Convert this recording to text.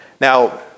Now